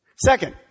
Second